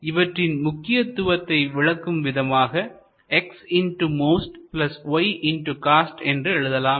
இவற்றின் முக்கியத்துவத்தை விளக்கும் விதமாக xy என்று எழுதலாம்